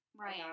Right